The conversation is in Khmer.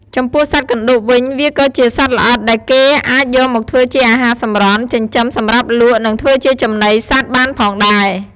ចំពោះសត្វកណ្តូបវិញ វាក៏ជាសត្វល្អិតដែលគេអាចយកមកធ្វើជាអាហារសម្រន់ ចិញ្ចឹមសម្រាប់លក់ និងធ្វើជាចំណីសត្វបានផងដែរ។